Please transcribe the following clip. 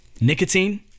nicotine